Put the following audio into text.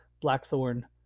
Blackthorn